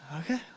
okay